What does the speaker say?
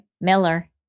Miller